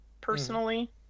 personally